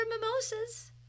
mimosas